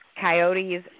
Coyotes